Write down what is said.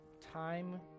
Time